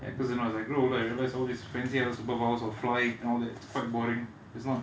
because you know as I grew older I realise all this fancy superpowers of flying and all that is quite boring it's not